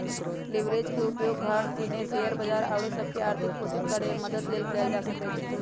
leverage के उपयोग घर किने, शेयर बजार आउरो सभ के आर्थिक पोषित करेमे मदद लेल कएल जा सकइ छै